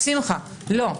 שמחה, לא.